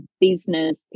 business